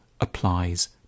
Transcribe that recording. applies